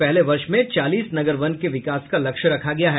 पहले वर्ष में चालीस नगर वन के विकास का लक्ष्य रखा गया है